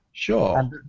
Sure